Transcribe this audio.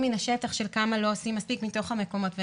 מהשטח כמה לא עושים מספיק מתוך המקומות.